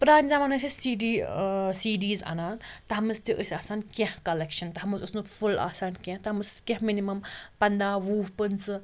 پرٛانہِ زَمانہٕ ٲسۍ أسۍ سی ڈی ٲں سی ڈیٖز اَنان تَتھ منٛز تہِ ٲسۍ آسان کیٚنٛہہ کولیٚکشَن تَتھ منٛز اوس نہٕ فُل آسان کیٚنٛہہ تَتھ منٛز ٲس کیٚنٛہہ مِنِمَم پنٛداہ وُہ پنٛژٕہ